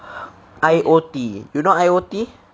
I_O_T you know I_O_T